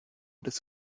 des